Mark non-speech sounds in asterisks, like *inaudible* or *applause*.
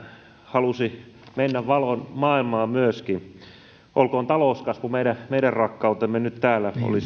halusi mennä valon maailmaan myöskin olkoon talouskasvu meidän meidän rakkautemme nyt täällä oli *unintelligible*